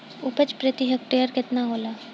उपज प्रति हेक्टेयर केतना होला?